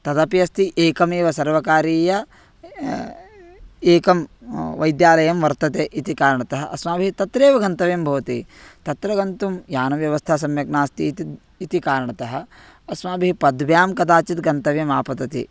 तदपि अस्ति एकमेव सर्वकारीयः एकः वैद्यालयः वर्तते इति कारणतः अस्माभिः तत्रैव गन्तव्यं भवति तत्र गन्तुं यानव्यवस्था सम्यक् नास्ति इति इति कारणतः अस्माभिः पद्भ्यां कदाचित् गन्तव्यमापतति